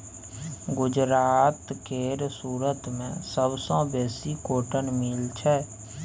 गुजरात केर सुरत मे सबसँ बेसी कॉटन मिल छै